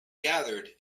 gathered